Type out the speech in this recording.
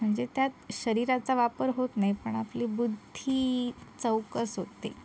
म्हणजे त्यात शरीराचा वापर होत नाही पण आपली बुद्धी चौकस होते